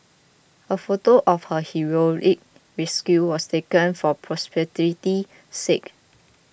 a photo of her heroic rescue was taken for posterity's sake